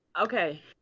Okay